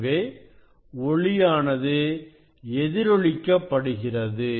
எனவே ஒளியானது எதிரொலிக்க படுகிறது